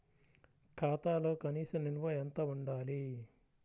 ఖాతాలో కనీస నిల్వ ఎంత ఉండాలి?